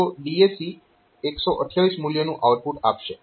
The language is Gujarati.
તો DAC 128 મૂલ્યનું આઉટપુટ આપશે